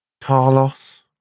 Carlos